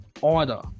order